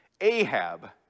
Ahab